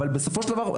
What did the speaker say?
בסופו של דבר,